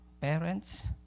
parents